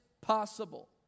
possible